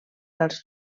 als